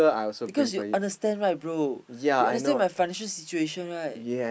because you understand right bro you understand my financial situation right